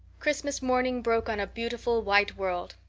christmas morning broke on a beautiful white world.